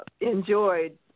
enjoyed